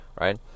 Right